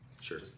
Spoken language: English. Sure